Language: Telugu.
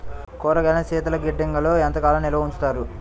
కూరగాయలను శీతలగిడ్డంగిలో ఎంత కాలం నిల్వ ఉంచుతారు?